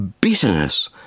bitterness